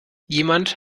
jemand